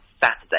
Saturday